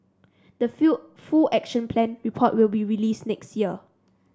the fill full Action Plan report will be release next year